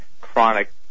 chronic